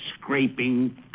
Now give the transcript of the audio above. scraping